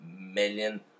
million